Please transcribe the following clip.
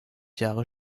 jahre